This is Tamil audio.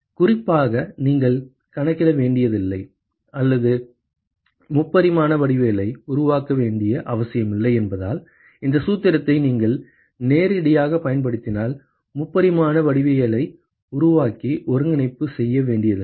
குறிப்பாக நீங்கள் கணக்கிட வேண்டியதில்லை அல்லது முப்பரிமாண வடிவவியலை உருவாக்க வேண்டிய அவசியமில்லை என்பதால் இந்த சூத்திரத்தை நீங்கள் நேரடியாகப் பயன்படுத்தினால் முப்பரிமாண வடிவவியலை உருவாக்கி ஒருங்கிணைப்பு செய்ய வேண்டியதில்லை